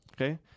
Okay